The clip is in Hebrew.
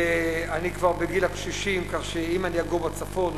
אני כבר בגיל הקשישים כך שאם אני אגור בצפון,